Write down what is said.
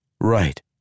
Right